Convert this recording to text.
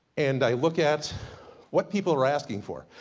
and i look at what people are asking for.